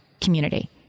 community